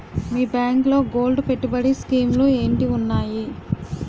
మీ బ్యాంకులో గోల్డ్ పెట్టుబడి స్కీం లు ఏంటి వున్నాయి?